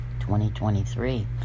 2023